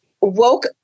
woke